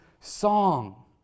song